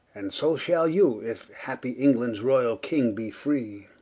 and so shall you, if happy englands royall king be free